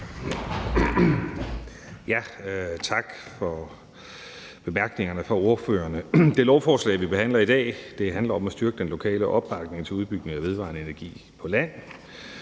for bemærkningerne. Det lovforslag, vi behandler i dag, handler om at styrke den lokale opbakning til udbygning af vedvarende energi på land.